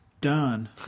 done